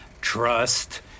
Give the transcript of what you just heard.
trust